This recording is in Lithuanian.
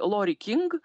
lori king